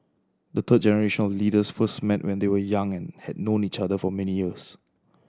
the third generation of leaders first met when they were young and had known each other for many years